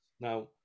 now